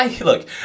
look